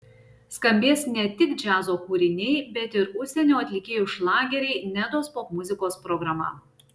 skambės ne tik džiazo kūriniai bet ir užsienio atlikėjų šlageriai nedos popmuzikos programa